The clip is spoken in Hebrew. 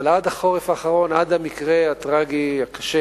אבל עד החורף האחרון, עד המקרה הטרגי, הקשה